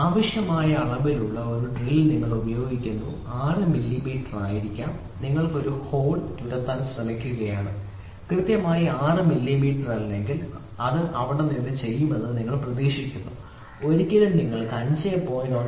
ആവശ്യമായ അളവിലുള്ള ഒരു ഡ്രിൽ നിങ്ങൾ ഉപയോഗിക്കുന്നു 6 മില്ലിമീറ്റർ ആയിരിക്കാം നിങ്ങൾ അവിടെ ഒരു ഹോൾ തുരത്താൻ ശ്രമിക്കുകയാണ് കൃത്യമായി 6 മില്ലിമീറ്റർ ഇല്ലെങ്കിൽ കൃത്യമായി 6 മില്ലിമീറ്റർ അവിടെ ചെയ്യുമെന്ന് പ്രതീക്ഷിക്കുന്നു നിങ്ങൾക്ക് ഒരിക്കലും 5